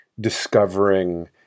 discovering